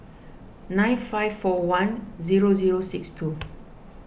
nine five four one zero zero six two